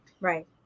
right